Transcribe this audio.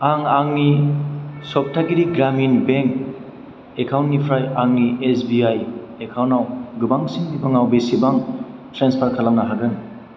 आं आंनि सप्तागिरि ग्रामिन बेंक एकाउन्टनिफ्राय आंनि एस बि आइ एकाउन्टआव गोबांसिन बिबाङाव बेसेबां ट्रेन्सफार खालामनो हागोन